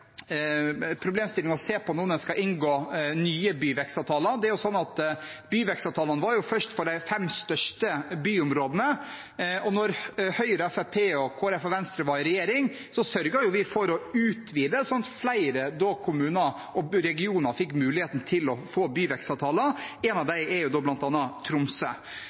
problemstilling å se på nå når en skal inngå nye byvekstavtaler. Byvekstavtalene var først for de fem største byområdene, men da Høyre, Fremskrittspartiet, Kristelig Folkeparti og Venstre var i regjering, sørget vi for å utvide, slik at flere kommuner og regioner fikk muligheten til å få byvekstavtaler. En av dem er Tromsø. Solberg-regjeringen bidro også til at vi fikk en skikkelig satsing på belønningsordningen for kollektivtransport, som har bidratt til at Tromsø